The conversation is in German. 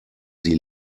sie